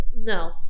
No